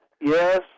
yes